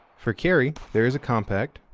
for carry, there is a compact,